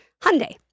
Hyundai